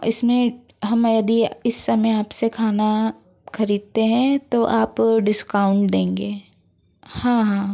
इसमें हमें दिया इस समय आपसे खाना खरीदते हैं तो आप डिस्काउंट देंगे हाँ हाँ